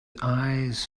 eyes